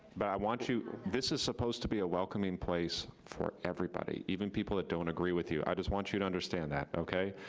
but i want you, this is supposed to be a welcoming place for everybody, even people that don't agree with you. i just want you to understand that, okay?